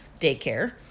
daycare